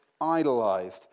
idolized